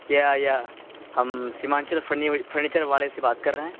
کیا یہ ہم سیمانچل فرنی فرنیچر والے سے بات کر رہے ہیں